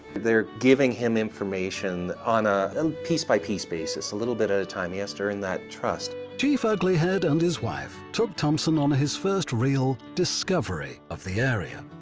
they're giving him information on a and piece by piece bases, a little bit at a time, he has to earn that trust chief ugly head and his wife took thompson on his first real discovery of the area.